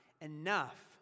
enough